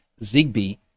Zigbee